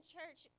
Church